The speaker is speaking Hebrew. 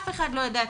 אף אחד לא יודע,